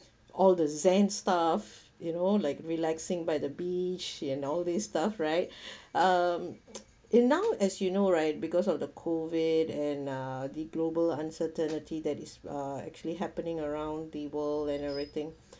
all the zen stuff you know like relaxing by the beach and all this stuff right um and now as you know right because of the COVID and uh the global uncertainty that is uh actually happening around the world and everything